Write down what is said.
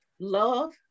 love